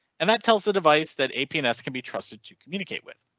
and that tells the device that aps can be trusted to communicate with.